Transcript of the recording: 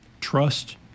Trust